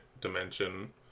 dimension